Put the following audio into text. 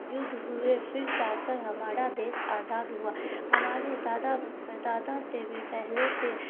یدھ ہوئے پھر جا کر ہمارا دیس آزاد ہوا ہمارے دادا پردادا سے بھی پہلے سے